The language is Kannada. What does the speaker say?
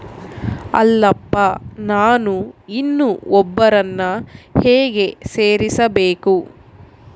ಅಲ್ಲಪ್ಪ ನಾನು ಇನ್ನೂ ಒಬ್ಬರನ್ನ ಹೇಗೆ ಸೇರಿಸಬೇಕು?